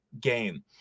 game